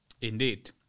Indeed